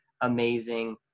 amazing